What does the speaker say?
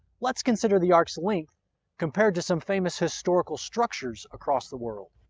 let's consider the ark's length compared to some famous historical structures across the world.